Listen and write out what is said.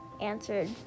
answered